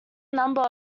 number